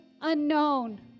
unknown